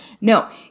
No